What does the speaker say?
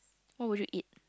what would you eat